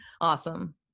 awesome